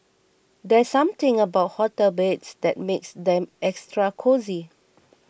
there's something about hotel beds that makes them extra cosy